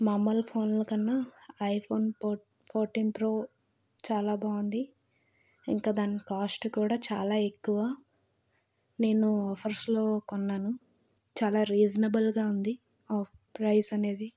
మాములు ఫోన్లో కన్నా ఐఫోన్ ఫో ఫోర్టీన్ ప్రో చాలా బాగుంది ఇంకా దాని కాస్ట్ కూడా చాలా ఎక్కువ నేను ఫస్ట్లో కొన్నాను చాలా రీజనబుల్గా ఉంది ఆ ప్రైజ్ అనేది